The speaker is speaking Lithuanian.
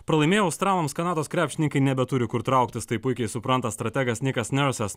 pralaimėję australams kanados krepšininkai nebeturi kur trauktis tai puikiai supranta strategas nikas neorsas